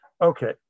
Okay